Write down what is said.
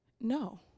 No